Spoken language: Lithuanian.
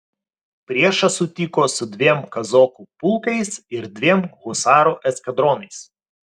priešą sutiko su dviem kazokų pulkais ir dviem husarų eskadronais